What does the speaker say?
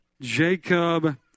Jacob